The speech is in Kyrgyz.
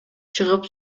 чыгып